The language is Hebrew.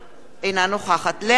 אינה נוכחת לאה נס,